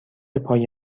پای